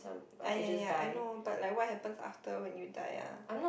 ah ya ya I know but like what happen after when you die ah